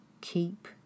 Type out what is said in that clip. Keep